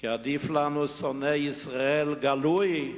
כי עדיף לנו שונא ישראל גלוי,